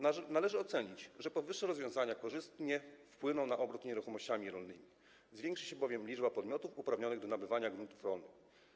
Należy ocenić, że powyższe rozwiązania korzystnie wpłyną na obrót nieruchomościami rolnymi, zwiększy się bowiem liczba podmiotów uprawnionych do nabywania gruntów rolnych.